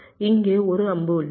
இங்கே ஒரு அம்பு உள்ளது